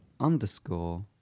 underscore